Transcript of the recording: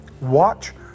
Watch